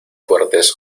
fuertes